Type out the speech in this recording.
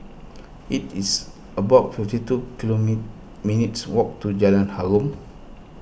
it is about fifty two kilo me minutes' walk to Jalan Harum